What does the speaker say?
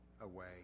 away